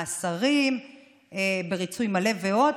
מאסרים בריצוי מלא ועוד,